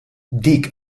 dik